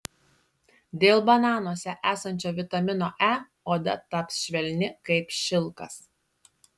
dėl bananuose esančio vitamino e oda taps švelni kaip šilkas